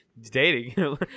dating